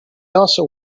also